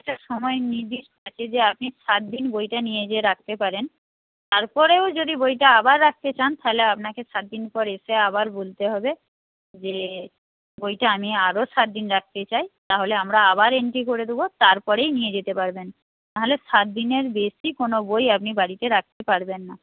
একটা সময় নির্দিষ্ট যে আপনি সাত দিন বইটা নিয়ে গিয়ে রাখতে পারেন তারপরেও যদি বইটা আবার রাখতে চান তাহলে আপনাকে সাত দিন পর এসে আবার বলতে হবে যে বইটা আমি আরও সাত দিন রাখতে চাই তাহলে আমরা আবার এন্ট্রি করে দেবো তারপরেই নিয়ে যেতে পারবেন নাহলে সাত দিনের বেশি কোনো বই আপনি বাড়িতে রাখতে পারবেন না